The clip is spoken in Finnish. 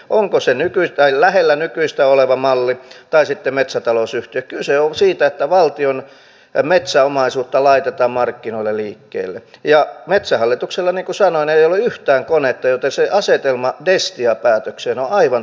onko se lähellä nykyistä oleva malli tai sitten metsätalousyhtiö kyse on siitä että valtion metsäomaisuutta laitetaan markkinoille liikkeelle ja metsähallituksella niin kuin sanoin ei ole yhtään konetta joten se asetelma suhteessa destia päätökseen on aivan toisenlainen